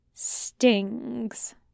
stings